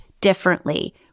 differently